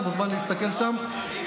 אתה מוזמן להסתכל בה ולראות.